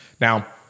now